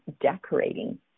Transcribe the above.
decorating